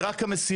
זה רק המסילה,